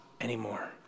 anymore